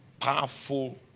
powerful